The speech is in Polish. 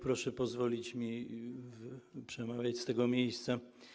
Proszę mi pozwolić przemawiać z tego miejsca.